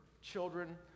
children